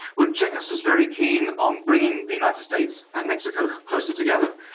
well, jenkins was very keen on bringing the united states and mexico closer together.